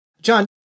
John